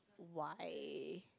why